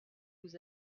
vous